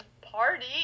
party